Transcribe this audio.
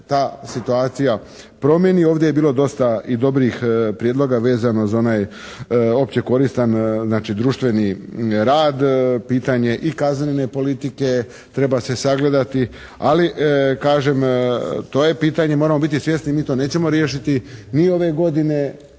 ta situacija promijeni. Ovdje je bilo dosta i dobrih prijedloga vezano za onaj opće koristan, znači društveni rad. Pitanje i kaznene politike treba se sagledati, ali kažem, to je pitanje, moramo biti svjesni, mi to nećemo riješiti ni ove godine,